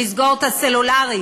לסגור את הסלולרי,